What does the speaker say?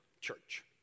Church